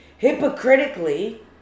hypocritically